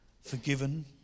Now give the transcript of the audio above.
forgiven